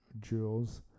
jewels